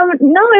No